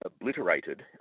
obliterated